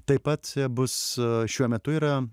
taip pat bus šiuo metu yra